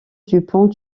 dupont